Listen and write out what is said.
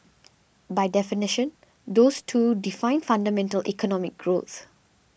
by definition those two define fundamental economic growth